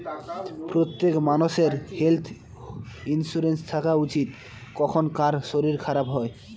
প্রত্যেক মানষের health insurance থাকা উচিত, কখন কার শরীর খারাপ হয়